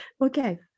okay